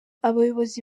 abayobozi